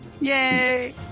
Yay